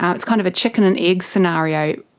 um it's kind of a chicken and egg scenario,